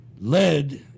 led